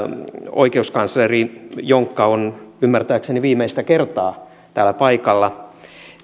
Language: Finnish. oikeuskansleri jonkka on ymmärtääkseni viimeistä kertaa täällä paikalla